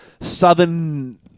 Southern